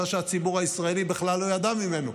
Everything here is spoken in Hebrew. שהציבור הישראלי בכלל לא ידע ממנו.